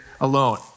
alone